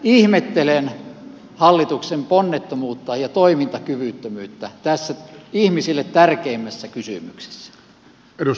ihmettelen hallituksen ponnettomuutta ja toimintakyvyttömyyttä tässä ihmisille tärkeimmässä kysymyksessä